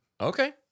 Okay